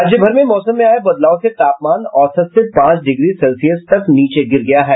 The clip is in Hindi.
राज्य भर में मौसम में आये बदलाव से तापमान औसत से पांच डिग्री सेल्सियस तक नीचे गिर गया है